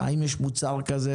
ההורים שלהם לוקחים הלוואות,